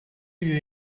you